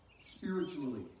Spiritually